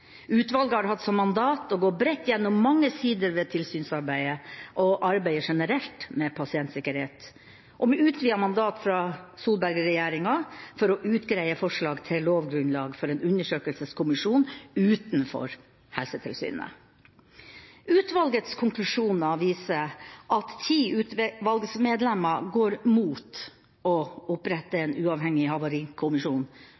Utvalget har hatt som mandat å gå bredt gjennom mange sider ved tilsynsarbeidet og arbeidet generelt med pasientsikkerhet, med utvidet mandat fra Solberg-regjeringen for å utgreie forslag til lovgrunnlag for en undersøkelseskommisjon utenfor Helsetilsynet. Utvalgets konklusjoner viser at ti utvalgsmedlemmer går mot å opprette